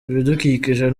ibidukikije